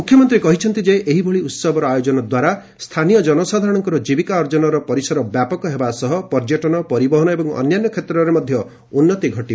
ମୁଖ୍ୟମନ୍ତ୍ରୀ କହିଛନ୍ତି ଯେ ଏହିଭଳି ଉହବର ଆୟୋଜନ ଦ୍ୱାରା ସ୍ଥାନୀୟ ଜନସାଧାରଣଙ୍କର ଜୀବିକା ଅର୍ଜନର ପରିସର ବ୍ୟାପକ ହେବା ସହ ପର୍ଯ୍ୟଟନ ପରିବହନ ଏବଂ ଅନ୍ୟାନ୍ୟ କ୍ଷେତ୍ରରେ ମଧ୍ୟ ଉନ୍ନତି ଘଟିବ